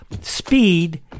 speed